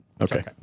Okay